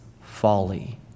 folly